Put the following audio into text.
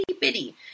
bitty